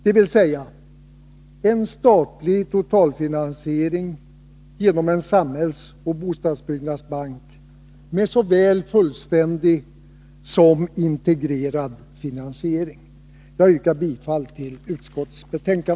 Det betyder en statlig totalfinansiering genom en samhällsoch bostadsbyggnadsbank med såväl fullständig som integrerad finansiering. Jag yrkar bifall till utskottets hemställan.